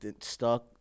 stuck